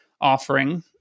offering